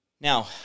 Now